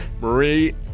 Marie